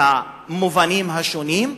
והמובנים השונים,